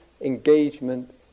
engagement